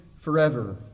forever